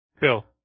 Phil